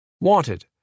Wanted